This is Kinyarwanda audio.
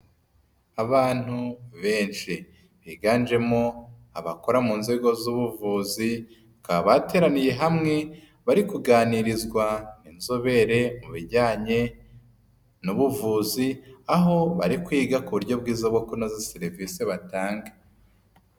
Abantu benshi. Biganjemo abakora mu nzego z'ubuvuzi, bakaba bateraniye hamwe, bari kuganirizwa n'inzobere mu bijyanye n'ubuvuzi, aho bari kwiga ku buryo bwiza bwo kunoza serivise batanga.